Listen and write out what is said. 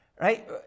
right